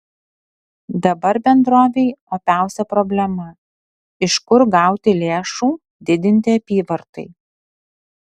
dabar bendrovei opiausia problema iš kur gauti lėšų didinti apyvartai